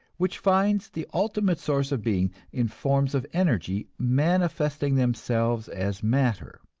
which finds the ultimate source of being in forms of energy manifesting themselves as matter